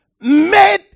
made